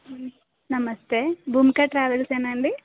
నమస్తే భూమిక ట్రావెల్సేనా అండి